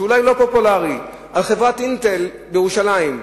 שאולי הוא לא פופולרי, על חברת "אינטל" בירושלים.